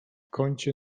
kącie